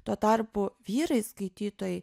tuo tarpu vyrai skaitytojai